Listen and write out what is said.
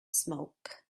smoke